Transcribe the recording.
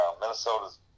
Minnesota's